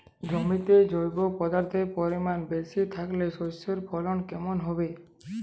জমিতে জৈব পদার্থের পরিমাণ বেশি থাকলে শস্যর ফলন কেমন হবে?